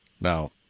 Now